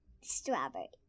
Strawberry